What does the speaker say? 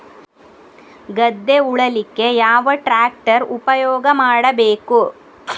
ಗದ್ದೆ ಉಳಲಿಕ್ಕೆ ಯಾವ ಟ್ರ್ಯಾಕ್ಟರ್ ಉಪಯೋಗ ಮಾಡಬೇಕು?